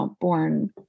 born